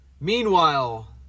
Meanwhile